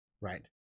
Right